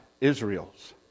Israel's